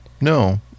No